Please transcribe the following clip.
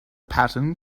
pattern